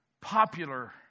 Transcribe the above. popular